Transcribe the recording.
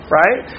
right